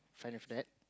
some of that